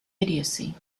idiocy